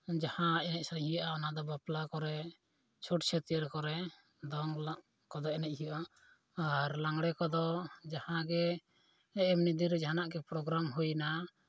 ᱡᱟᱦᱟᱸ ᱮᱱᱮᱡ ᱥᱮᱨᱮᱧ ᱦᱩᱭᱩᱜᱼᱟ ᱚᱱᱟᱫᱚ ᱵᱟᱯᱞᱟ ᱠᱚᱨᱮ ᱪᱷᱩᱸᱛ ᱪᱷᱟᱹᱴᱭᱟᱹᱨ ᱠᱚᱨᱮ ᱫᱚᱝ ᱠᱚᱫᱚ ᱮᱡᱮᱡ ᱦᱩᱭᱩᱜᱼᱟ ᱟᱨ ᱞᱟᱜᱽᱬᱮ ᱠᱚᱫᱚ ᱡᱟᱦᱟᱸᱜᱮ ᱮᱢᱱᱤ ᱫᱤᱱᱨᱮ ᱡᱟᱦᱟᱱᱟᱜ ᱜᱮ ᱯᱨᱳᱜᱨᱟᱢ ᱦᱩᱭᱱᱟ